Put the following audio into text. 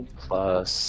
plus